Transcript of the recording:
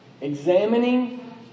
Examining